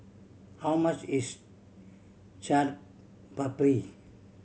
how much is Chaat Papri